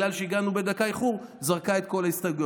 בגלל שהגענו באיחור של דקה.